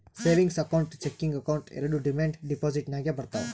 savings account, checking account ಎರೆಡು demand deposit ನಾಗೆ ಬರ್ತಾವ್